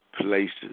places